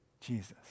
Jesus